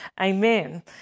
Amen